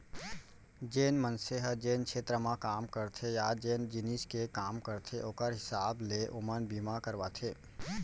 जेन मनसे ह जेन छेत्र म काम करथे या जेन जिनिस के काम करथे ओकर हिसाब ले ओमन बीमा करवाथें